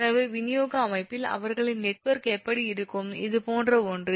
எனவே விநியோக அமைப்பில் அவர்களின் நெட்வொர்க் எப்படி இருக்கும் இது போன்ற ஒன்று